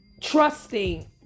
trusting